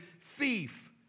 thief